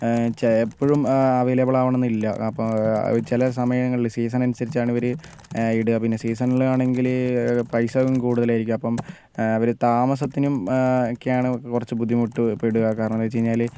എപ്പോഴും അവൈലബിൾ ആവണമെന്നില്ലാ അപ്പോൾ ചില സമയങ്ങളിൽ സീസൺ അനുസരിച്ചു ആണ് ഇവർ ഇടുക പിന്നെ സീസണിലാണെങ്കിൽ പൈസയും കൂടുതലായിരിക്കും അപ്പം അവർ താമസത്തിനും ഒക്കെ ആണ് കുറച്ചു ബുദ്ധിമുട്ട് പെടുക കാരണമെന്താന്ന് വെച്ചു കഴിഞ്ഞാൽ